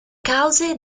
cause